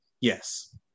Yes